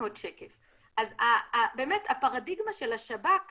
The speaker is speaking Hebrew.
אז באמת הפרדיגמה של השב"כ כשלה.